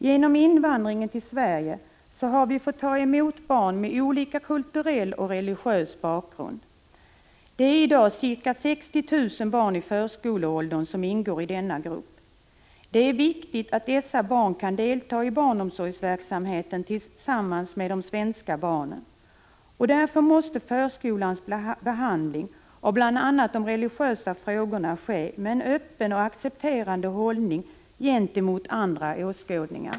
Genom invandringen till Sverige har vi fått ta emot barn med olika kulturell och religiös bakgrund. Det är i dag ca 60 000 barn i förskoleåldern som ingår i denna grupp. Det är viktigt att dessa barn kan delta i barnomsorgsverksamheten tillsammans med de svenska barnen. Därför måste förskolans behandling av bl.a. de religiösa frågorna ske med en öppen och accepterande hållning gentemot andra åskådningar.